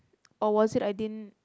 or was it I didn't